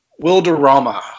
Wilderama